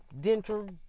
Dental